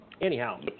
Anyhow